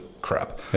crap